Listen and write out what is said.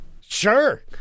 sure